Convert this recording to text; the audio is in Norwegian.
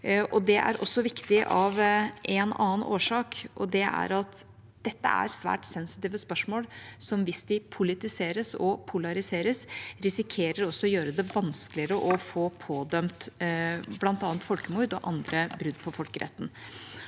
Det er også viktig av en annen årsak, og det er at dette er svært sensitive spørsmål som hvis de politiseres og polariseres, risikerer også å gjøre det vanskeligere å få pådømt bl.a. folkemord og andre brudd på folkeretten.